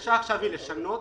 הבקשה עכשיו היא לשנות.